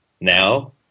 now